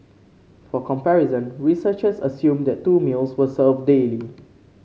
for comparison researchers assumed that two meals were served daily